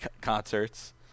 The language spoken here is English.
concerts